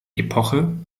epoche